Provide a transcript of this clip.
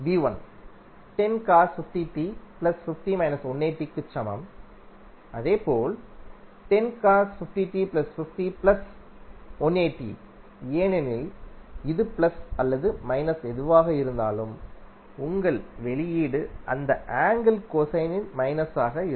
ஒன்று க்குச் சமம் அதேபோல் ஏனெனில் இது பிளஸ் அல்லது மைனஸ் எதுவாக இருந்தாலும் உங்கள் வெளியீடு அந்த ஆங்கிள் கொசைனின் மைனஸாக இருக்கும்